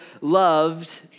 loved